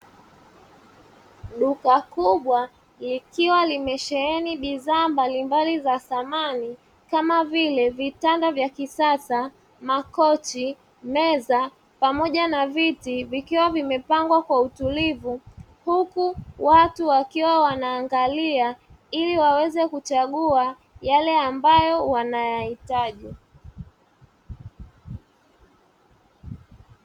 Duka kubwa likiwa limesheheni bidhaa mbalimbali za samani kama vile vitanda vya kisasa, makochi, meza pamoja na viti vikiwa vimepangwa kwa utulivu, huku watu wakiwa wanaangalia ili waweze kuchagua yale ambayo wanayahitaji.